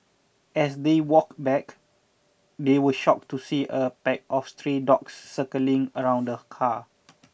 as they walked back they were shocked to see a pack of stray dogs circling around the car